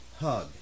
hug